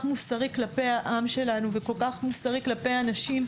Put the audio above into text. מוסרי כלפי העם שלנו וכל כך מוסרי כלפי הנשים.